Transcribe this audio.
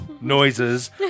noises